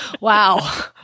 wow